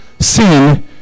sin